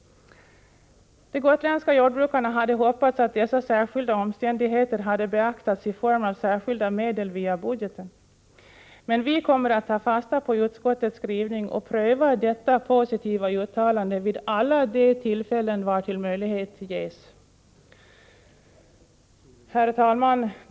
De gotländska jordbrukarna hade hoppats att dessa speciella omständigheter skulle ha beaktats på så sätt att särskilda medel hade anvisats via budgeten, men vi kommer att ta fasta på utskottets skrivning och pröva det positiva uttalandet vid alla de tillfällen då möjlighet ges. Herr talman!